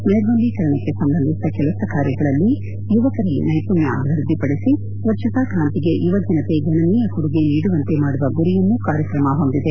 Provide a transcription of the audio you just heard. ನ್ಲೆರ್ಮಲ್ಲೀಕರಣಕ್ಕೆ ಸಂಬಂಧಿಸಿದ ಕೆಲಸ ಕಾರ್ಯಗಳಲ್ಲಿ ಯುವಕರಲ್ಲಿ ನೈಪುಣ್ಣ ಅಭಿವೃದ್ದಿ ಪಡಿಸಿ ಸ್ವಚ್ಛತಾ ಕ್ರಾಂತಿಗೆ ಯುವಜನತೆ ಗಣನೀಯ ಕೊಡುಗೆ ನೀಡುವಂತೆ ಮಾಡುವ ಗುರಿಯನ್ನು ಕಾರ್ಯಕ್ರಮ ಹೊಂದಿದೆ